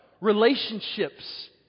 Relationships